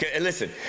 Listen